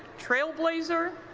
trailblazer?